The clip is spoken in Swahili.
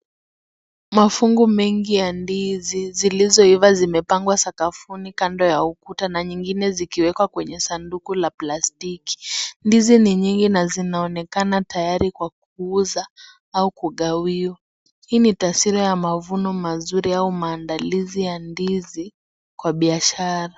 Mafungu mengi ya ndizi zilizoiva zimepangwa sakafuni kando ya ukuta na nyingine zikiwekwa kwenye sanduku la plastiki. Ndizi ni nyingi na zinaonekana tayari kwa kuuza au kugawiwa. Hii ni taswira ya mavuno mazuri au maandalizi ya ndizi kwa biashara.